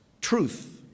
truth